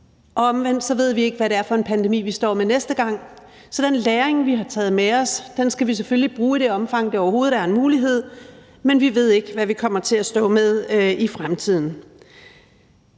omvendt ved vi ikke, hvad det er for en pandemi, vi står med næste gang. Så den læring, vi har taget med os, skal vi selvfølgelig bruge i det omfang, det overhovedet er en mulighed, men vi ved ikke, hvad vi kommer til at stå med i fremtiden.